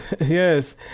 yes